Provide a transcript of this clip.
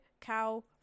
cow